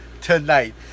tonight